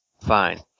Fine